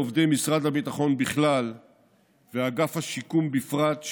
לעובדי משרד הביטחון בכלל ואגף השיקום בפרט,